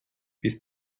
bydd